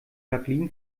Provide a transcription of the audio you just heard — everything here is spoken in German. jacqueline